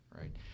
right